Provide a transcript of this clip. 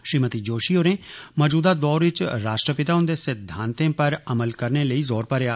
श्रीमति जोशी होरें मौजूदा दौर इच राष्ट्रपिता हुंदे सिद्वांते पर अमल करने लेई जोर भरेआ